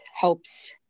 helps